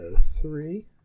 three